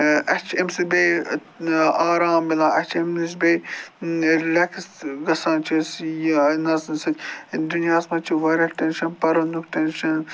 اَسہِ چھِ اَمہِ سۭتۍ بیٚیہِ آرام مِلان اَسہِ چھِ اَمہِ نِش بیٚیہِ رِلٮ۪کٕس گژھان چھِ أسۍ یہِ نَژنہٕ سۭتۍ دُنیاہَس منٛز چھِ واریاہ ٹینشَن پَرٕنُک ٹینشَن